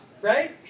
Right